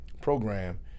program